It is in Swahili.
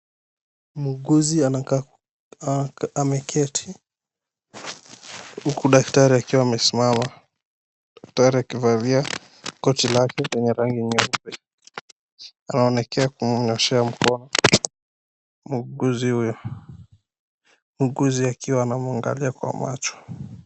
Muuguzi ameketi huku daktari akiwa amesimama, daktari akivalia koti lake lenye rangi nyeupe, anaonekea kumunyoshea mkono muuguzi huyu, muuguzi akiwa anamuangalia kwa macho.